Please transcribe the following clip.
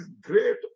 great